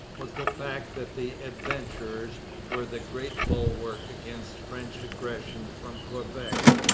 was the fact that the adventurers were the great bulwark against french aggression from quebec.